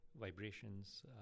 vibrations